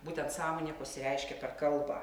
būtent sąmonė pasireiškia per kalbą